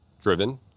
driven